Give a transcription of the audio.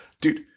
dude